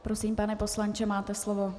Prosím, pane poslanče, máte slovo.